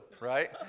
right